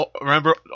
remember